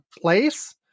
place